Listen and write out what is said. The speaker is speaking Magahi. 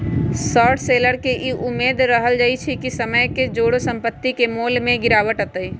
शॉर्ट सेलर के इ उम्मेद रहइ छइ कि समय के जौरे संपत्ति के मोल में गिरावट अतइ